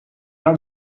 are